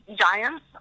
giants